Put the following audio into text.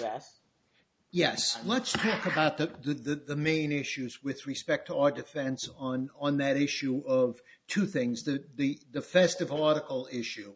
yes yes much to do that the main issues with respect to our defense on on that issue of two things the the the festival article issue